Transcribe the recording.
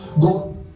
go